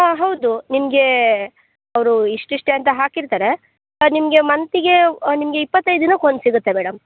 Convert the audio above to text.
ಹಾಂ ಹೌದು ನಿಮ್ಗೆ ಅವರು ಇಷ್ಟು ಇಷ್ಟೇ ಅಂತ ಹಾಕಿರ್ತಾರೆ ಅದು ನಿಮಗೆ ಮಂತಿಗೆ ನಿಮಗೆ ಇಪ್ಪತ್ತೈದು ದಿನಕ್ಕೆ ಒಂದು ಸಿಗುತ್ತೆ ಮೇಡಮ್